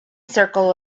circle